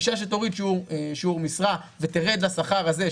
אישה שתוריד שיעור משרה ותרד לשכר הזה,